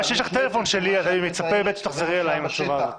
אז אני מצפה באמת שתחזרי אלי עם התשובה הזאת.